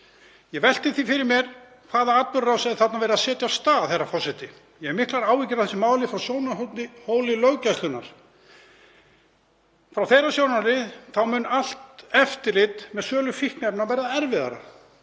Ég velti því fyrir mér hvaða atburðarás sé þarna verið að setja af stað, herra forseti. Ég hef miklar áhyggjur af þessu máli frá sjónarhóli löggæslunnar. Frá hennar sjónarmiði mun allt eftirlit með sölu fíkniefna verða erfiðara.